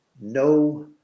no